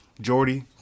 Jordy